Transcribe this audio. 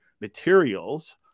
materials